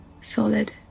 solid